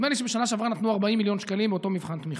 נדמה לי שבשנה שעברה נתנו 40 מיליון שקלים באותו מבחן תמיכה,